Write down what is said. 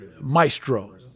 maestro